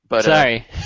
Sorry